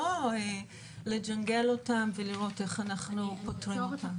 לא לג'נגל אותם ולראות איך אנחנו פותרים אותם.